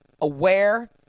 aware